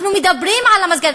אנחנו מדברים על המסגרת,